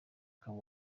akaba